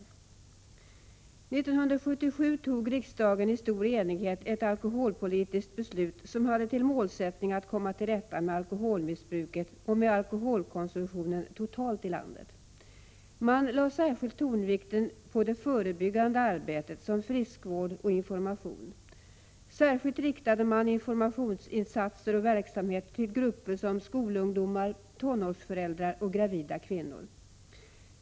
År 1977 fattade riksdagen i stor enighet ett alkoholpolitiskt beslut som hade till målsättning att komma till rätta med alkoholmissbruket och med alkoholkonsumtionen totalt i landet. Man lade tonvikten särskilt på det förebyggande arbetet, på friskvård och information. Informationsinsatser och annan verksamhet riktades speciellt till grupper som skolungdomar, tonårsföräldrar och gravida kvinnor.